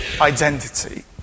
identity